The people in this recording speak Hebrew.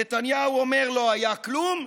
נתניהו אומר: לא היה כלום,